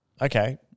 okay